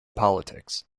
politics